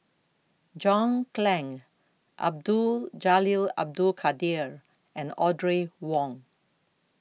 John Clang Abdul Jalil Abdul Kadir and Audrey Wong